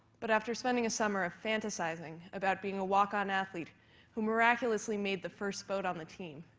but after spending a summer fantasizing about being a walk-on athlete who miraculously made the first boat on the team,